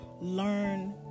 learn